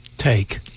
take